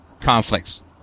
conflicts